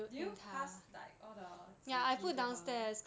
did you pass like all the 纸皮 to her